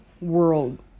world